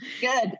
Good